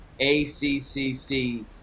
ACCC